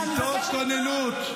כיתות כוננות.